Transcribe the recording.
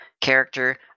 character